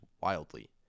wildly